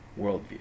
worldview